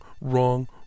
wrong